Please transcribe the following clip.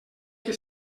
que